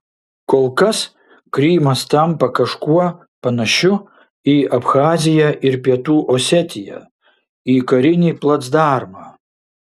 kol kas krymas tampa kažkuo panašiu į abchaziją ir pietų osetiją į karinį placdarmą